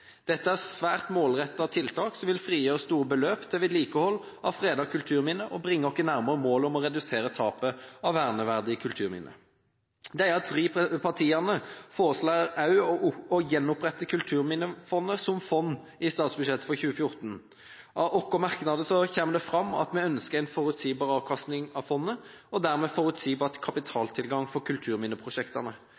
Dette er svært målrettede tiltak som vil frigjøre store beløp til vedlikehold av fredede kulturminner og bringe oss nærmere målet om å redusere tapet av verneverdige kulturminner. Jeg antar at også Venstre støtter mange av forslagene. Disse tre partiene foreslår også å gjenopprette Kulturminnefondet som fond i statsbudsjettet for 2014. Av våre merknader kommer det fram at vi ønsker en forutsigbar avkastning av fondet og dermed